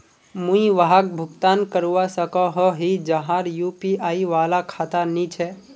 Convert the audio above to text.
मुई वहाक भुगतान करवा सकोहो ही जहार यु.पी.आई वाला खाता नी छे?